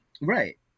Right